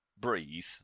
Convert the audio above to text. breathe